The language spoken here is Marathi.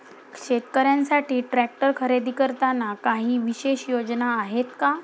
शेतकऱ्यांसाठी ट्रॅक्टर खरेदी करताना काही विशेष योजना आहेत का?